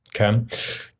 okay